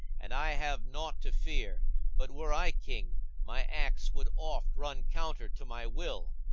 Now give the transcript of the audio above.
and i have naught to fear but were i king, my acts would oft run counter to my will.